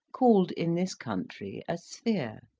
called in this country a sphere.